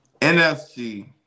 NFC